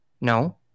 No